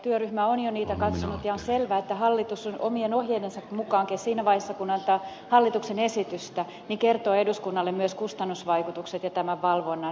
työryhmä on jo niitä katsonut ja on selvää että hallituksen on omien ohjeidensakin mukaan siinä vaiheessa kun antaa hallituksen esitystä kerrottava eduskunnalle myös kustannusvaikutukset ja valvonta